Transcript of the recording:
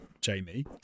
Jamie